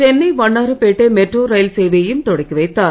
சென்னை மூலம் Vannarapettai metro rail சேவையையும் தொடக்கிவைத்தார்